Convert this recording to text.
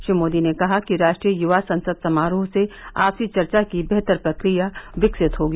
श्री मोदी ने कहा कि राष्ट्रीय युवा संसद समारोह से आपसी चर्चा की बेहतर प्रक्रिया विकसित होगी